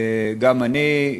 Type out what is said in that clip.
גם אני,